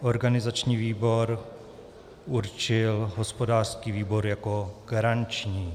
Organizační výbor určil hospodářský výbor jako garanční.